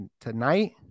tonight